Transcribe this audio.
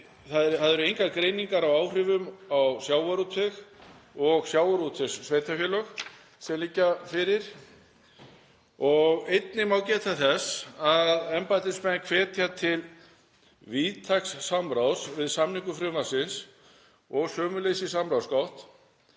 Það eru engar greiningar á áhrifum á sjávarútveg og sjávarútvegssveitarfélög sem liggja fyrir. Einnig má geta þess að embættismenn hvetja til víðtæks samráðs við samningu frumvarpsins og sömuleiðis í samráðsgátt.